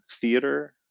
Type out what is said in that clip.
theater